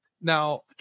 Now